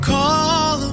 Call